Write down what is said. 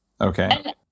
Okay